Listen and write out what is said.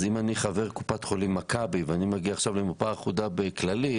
אם אני חבר קופת חולים מכבי ואני מגיע עכשיו למרפאה אחודה בכללית,